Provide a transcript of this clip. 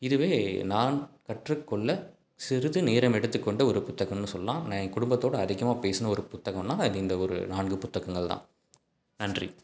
இதுவே நான் கற்றுக்கொள்ள சிறிது நேரம் எடுத்துக்கொண்ட ஒரு புத்தகன்னு சொல்லலாம் நான் என் குடும்பத்தோடய அதிகமாக பேசின ஒரு புத்தகனா அது இந்த ஒரு நான்கு புத்தகங்கள் தான் நன்றி